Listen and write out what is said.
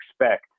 expect